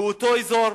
באותו אזור,